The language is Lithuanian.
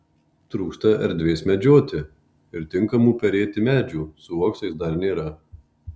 trūksta erdvės medžioti ir tinkamų perėti medžių su uoksais dar nėra